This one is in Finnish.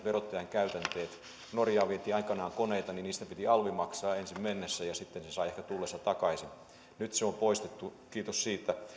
verottajan käytänteisiin niin kun norjaan vietiin aikanaan koneita niistä piti alvi maksaa ensin mennessä ja sitten sen sai ehkä tullessa takaisin mutta nyt se on poistettu kiitos siitä